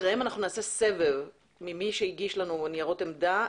אחריה נעשה סבב של התייחסות כללית של מי שהגיש לנו ניירות עמדה.